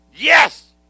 Yes